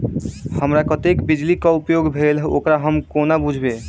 हमरा कत्तेक बिजली कऽ उपयोग भेल ओकर हम कोना बुझबै?